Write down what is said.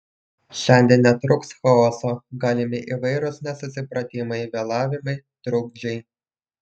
šiandien netrūks chaoso galimi įvairūs nesusipratimai vėlavimai trukdžiai